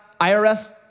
IRS